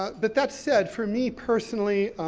but that said, for me personally,